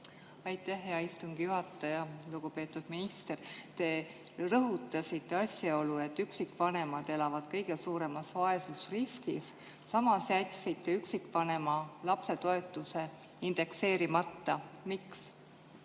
Aitäh, hea istungi juhataja! Lugupeetud minister! Te rõhutasite asjaolu, et üksikvanemad elavad kõige suuremas vaesusriskis. Samas jätsite üksikvanema lapse toetuse indekseerimata. Miks?